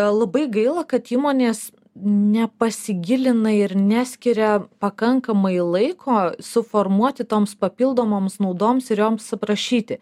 labai gaila kad įmonės nepasigilina ir neskiria pakankamai laiko suformuoti toms papildomoms naudoms ir joms aprašyti